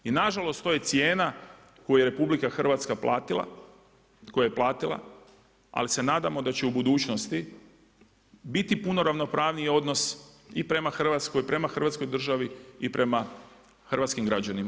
I nažalost, to je cijena koja RH platila, koju je platila, ali se nadamo da će u budućnosti biti puno ravnopravniji odnos i prema Hrvatskoj i prema Hrvatskoj državi i prema hrvatskim građanima.